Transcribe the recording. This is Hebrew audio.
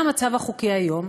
מה המצב החוקי היום?